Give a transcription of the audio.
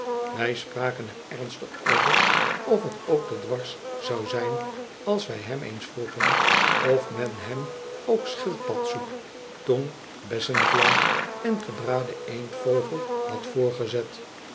wij spraken er ernstig over of het ook te dwaas zou zijn als wij hem eens vroegen of men hem ook schildpadsoep tong bessenvla en gebraden eendvogel had voorgezet